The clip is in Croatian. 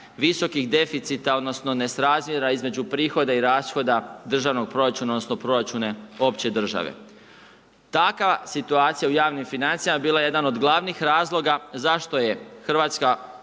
visokih deficita, odnosno nesrazmjera između prihoda i rashoda državnog proračuna, odnosno proračuna opće države. Takva situacija u javnim financijama bila je jedan od glavnih razloga zašto je Hrvatska